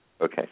Okay